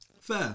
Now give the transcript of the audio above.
Fair